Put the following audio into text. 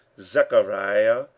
Zechariah